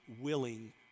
willing